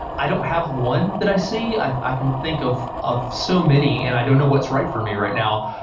i don't have one that i see. i i can think of of so many, and i don't know what's right for me right now.